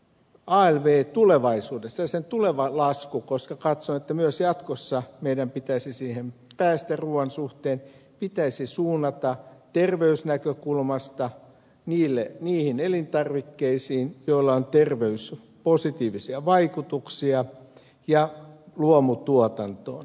alv tulevaisuudessa ja sen tuleva lasku koska katson että myös jatkossa meidän pitäisi siihen päästä ruuan suhteen pitäisi suunnata terveysnäkökulmasta niihin elintarvikkeisiin joilla on positiivisia terveysvaikutuksia ja luomutuotantoon